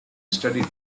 studied